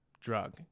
drug